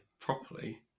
properly